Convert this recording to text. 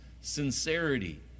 sincerity